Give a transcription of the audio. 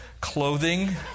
clothing